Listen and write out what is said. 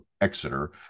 Exeter